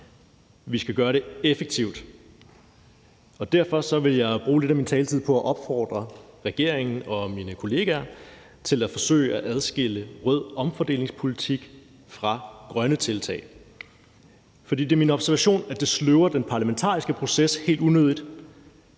Vi skal gøre det effektivt, og derfor vil jeg bruge lidt af min taletid på at opfordre regeringen og mine kollegaer til at forsøge at adskille rød omfordelingspolitik fra grønne tiltag. For det er min observation, at det sløver den parlamentariske proces helt unødigt,